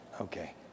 okay